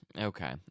Okay